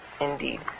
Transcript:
indeed